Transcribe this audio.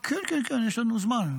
כן, כן, כן, יש לנו זמן.